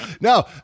No